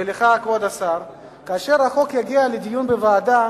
ולך, כבוד השר, כאשר החוק יגיע לדיון בוועדה